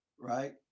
right